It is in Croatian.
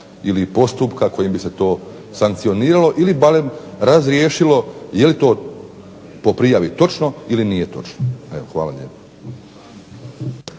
ili postupka kojim bi se to sankcioniralo ili barem razriješilo je li to po prijavi točno ili nije točno. Evo, hvala